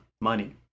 money